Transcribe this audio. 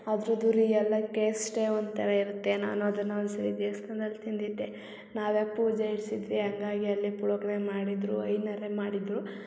ಅದ್ರುದು ರಿಯಲಾಗಿ ಟೇಸ್ಟೆ ಒಂಥರ ಇರುತ್ತೆ ನಾನು ಅದನ್ನ ಒಂದ್ಸರಿ ದೇವ್ಸ್ಥಾನ್ದಲ್ಲಿ ತಿಂದಿದ್ದೆ ನಾವೆ ಪೂಜೆ ಇಡ್ಸಿದ್ವಿ ಹಂಗಾಗಿ ಅಲ್ಲೆ ಪುಳೋಗ್ರೆ ಮಾಡಿದ್ದರು ಐನೌರೇ ಮಾಡಿದ್ದರು